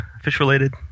fish-related